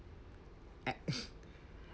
ac~